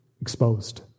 exposed